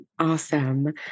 Awesome